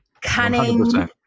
Cunning